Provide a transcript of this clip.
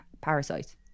parasites